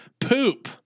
Poop